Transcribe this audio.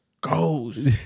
goes